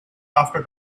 after